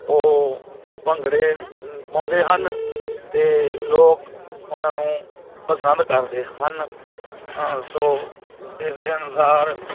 ਉਹ ਭੰਗੜੇ ਪਾਉਂਦੇ ਹਨ ਅਤੇ ਲੋਕ ਉਹਨਾਂ ਨੂੰ ਪਸੰਦ ਕਰਦੇ ਹਨ ਸੋ ਇਸ ਦੇ ਅਨੁਸਾਰ